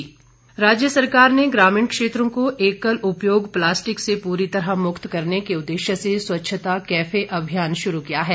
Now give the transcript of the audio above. स्वच्छता कैफे राज्य सरकार ने ग्रामीण क्षेत्रों को एकल उपयोग प्लास्टिक से पूरी तरह मुक्त करने के उददेश्य से स्वच्छता कैफे अभियान शुरू किया है